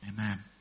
Amen